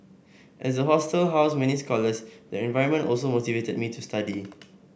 as the hostel housed many scholars the environment also motivated me to study